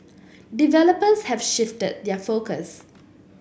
developers have shifted their focus